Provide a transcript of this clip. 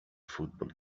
football